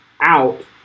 out